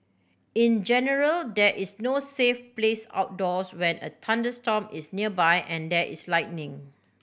in general there is no safe place outdoors when a thunderstorm is nearby and there is lightning